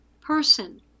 person